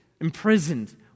imprisoned